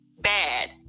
bad